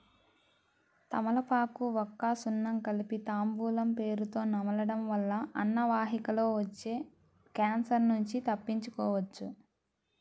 తమలపాకు, వక్క, సున్నం కలిపి తాంబూలం పేరుతొ నమలడం వల్ల అన్నవాహికలో వచ్చే క్యాన్సర్ నుంచి తప్పించుకోవచ్చు